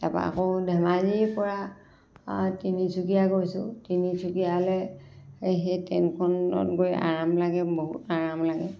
তাৰ পৰা আকৌ ধেমাজিৰ পৰা তিনিচুকীয়া গৈছোঁ তিনিচুকীয়ালৈ সেই ট্ৰেইনখনত গৈ আৰাম লাগে বহুত আৰাম লাগে